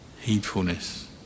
heedfulness